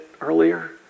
earlier